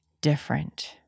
different